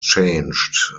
changed